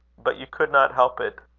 but you could not help it.